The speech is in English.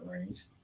range